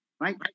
Right